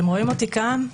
אתם רואים אותי כאן,